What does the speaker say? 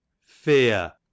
Fear